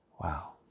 Wow